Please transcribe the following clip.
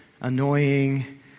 annoying